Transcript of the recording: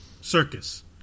Circus